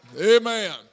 Amen